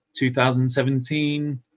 2017